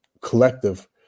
collective